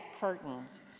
curtains